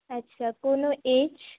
আচ্ছা কোনো এজ